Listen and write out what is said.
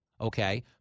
okay